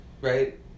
right